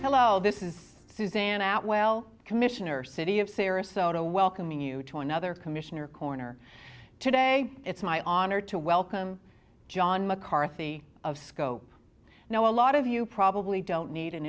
hello this is suzanne at well commissioner city of sarasota welcoming you to another commissioner corner today it's my honor to welcome john mccarthy of sco now a lot of you probably don't need an